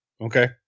Okay